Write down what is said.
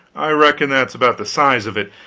i reckon that's about the size of it.